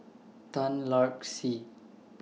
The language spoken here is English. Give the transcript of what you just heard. Tan Lark Sye